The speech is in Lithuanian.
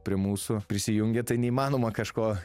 prie mūsų prisijungia tai neįmanoma kažko